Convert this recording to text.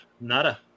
nada